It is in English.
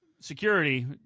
security